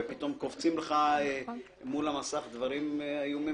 ופתאום קופצים לך מול המסך דברים איומים